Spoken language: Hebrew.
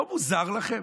לא מוזר לכם?